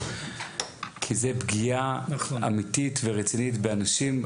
כי זה פגיעה אמיתית ורצינית באנשים.